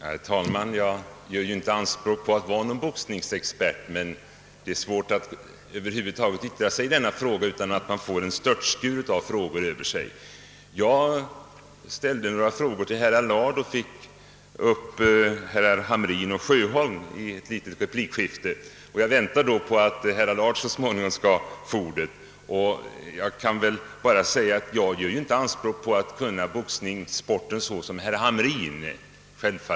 Herr talman! Jag gör inte anspråk på att vara någon boxningsexpert. Det är emellertid svårt att över huvud taget yttra sig i detta ärende utan att få en störtskur av frågor över sig. Jag ställde några frågor till herr Allard och fick upp herrar Hamrin i Jönköping och Sjöholm i ett litet replikskifte. Nu väntar jag på att herr Allard så småningom skall få ordet: Självfallet vågar jag inte påstå att jag kan boxningssporten lika bra som herr Hamrin.